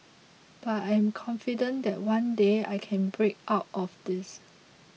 but I'm confident that one day I can break out of this